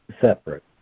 separate